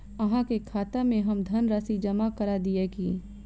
अहाँ के खाता में हम धनराशि जमा करा दिअ की?